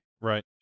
right